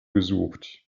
gesucht